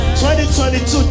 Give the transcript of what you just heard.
2022